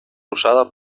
usada